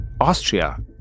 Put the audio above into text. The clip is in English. Austria